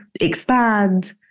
expand